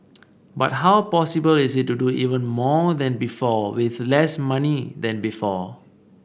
but how possible is it to do even more than before with less money than before